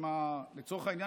לצורך העניין,